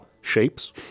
shapes